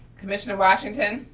commissioner washington.